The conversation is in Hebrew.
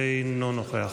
אינו נוכח.